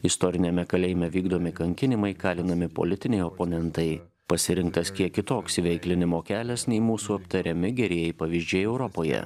istoriniame kalėjime vykdomi kankinimai kalinami politiniai oponentai pasirinktas kiek kitoks įveiklinimo kelias nei mūsų aptariami gerieji pavyzdžiai europoje